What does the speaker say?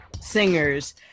singers